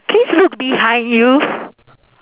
please look behind you